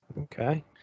Okay